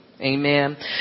Amen